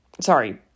Sorry